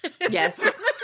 Yes